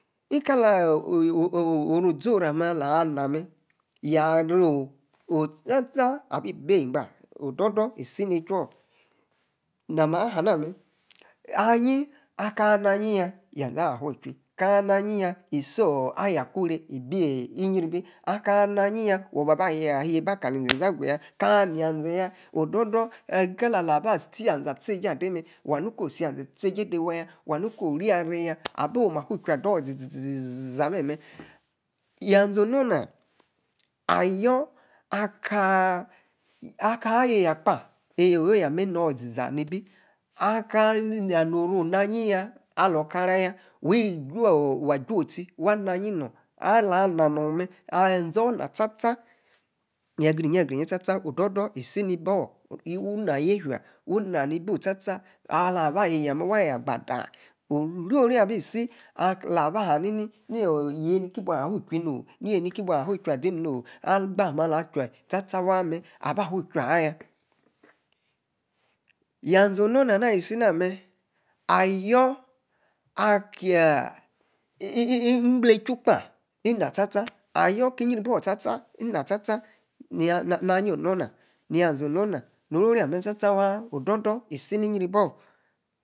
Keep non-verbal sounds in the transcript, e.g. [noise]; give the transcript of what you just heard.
[unintelligible] Oru-ozoru, amer, alah, na mer, ya-ri, oh tsa tsa, abi, beba, odor-dor isi, e-ehu orr, na-ma aha, namer, ayie, aka, ana-ayieya, yazee, orr aba, fuchu, aka ana ayieya isi oh. aya-kure bi iyri-bi, aka-ana ayieya aba-ba, achie eba, kali-zezee aguya, kaa ana, yiea zee ya, odor-dor kali, ah aba atie-jie, ade mer, wa anu ni ko-tia-azee, tie-jie de-wa, nu-ni ko, osi yazee, tie-jie de waya wa nu, ni ko-orra-rey ya, oh ma fu-chui ador, izi-zi-za, memer, yazee, oh nu-na, ayor akaa, aka, ayie, ya kpa, ni way amen, eno-izi za. ni-bi, aka, na noru oh na, alah-nanor mer, yazor, ina, sta-sta, yegre-yin, greyi tsa-tsa odor-dor e-si nibo. woo-na yefia, woo-na-ni orio-ri abi si, ala-ba yanini oh, ye-ni ki bua, fu chhi no, abaa, amer ala, che-tsa, tsa wa-mer, aba fu-chui, aya, yuazee, onu, nan ana, ah-si-na, mer, ayor, akia, igble-chu kpa, ina sta-sta, ayor ki-iyi-bow sta-ina, sta-sta, nah ayie, onorna, ya zee onor-na noro-ri amer sta-sta, wa, odor-dor isi ni-yibo.